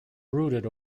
brooded